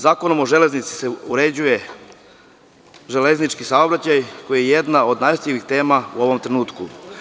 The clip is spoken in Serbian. Zakonom o železnici se uređuje železnički saobraćaj koji je jedna od najosetljivijih tema u ovom trenutku.